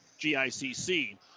GICC